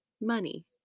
money